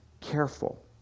careful